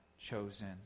chosen